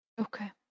Okay